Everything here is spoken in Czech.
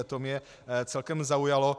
To mě celkem zaujalo.